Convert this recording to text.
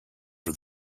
for